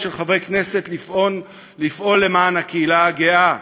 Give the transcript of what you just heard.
של חברי כנסת לפעול למען הקהילה הגאה,